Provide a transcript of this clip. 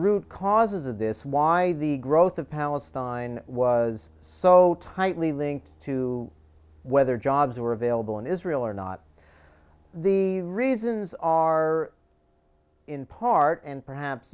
root causes of this why the growth of palestine was so tightly linked to whether jobs were available in israel or not the reasons are in part and perhaps